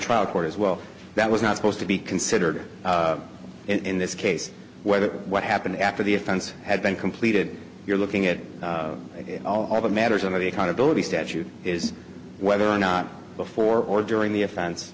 trial court as well that was not supposed to be considered in this case whether what happened after the offense had been completed you're looking at all the matters of the accountability statute is whether or not before or during the offense